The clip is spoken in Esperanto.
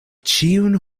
ĉiun